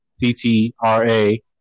P-T-R-A